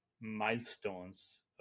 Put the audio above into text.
milestones